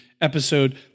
episode